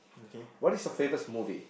what is your favourite movie